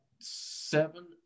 seven